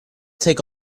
take